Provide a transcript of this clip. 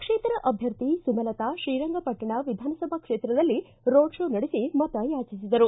ಪಕ್ಷೇತರ ಅಭ್ಯರ್ಥಿ ಸುಮಲತಾ ಶ್ರೀರಂಗಪಟ್ಟಣ ವಿಧಾನಸಭಾ ಕ್ಷೇತ್ರದಲ್ಲಿ ರೋಡ್ಕೋ ನಡೆಸಿ ಮತಯಾಚಿಸಿದರು